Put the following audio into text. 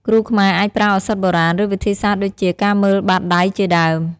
គ្រូខ្មែរអាចប្រើឱសថបុរាណ ឬវិធីសាស្ត្រដូចជា ការមើលបាតដៃជាដើម។